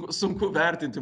sunku vertinti